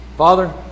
Father